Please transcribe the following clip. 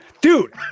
Dude